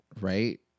right